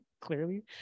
clearly